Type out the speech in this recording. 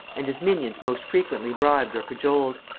and his minions most frequently bribed or cajoled.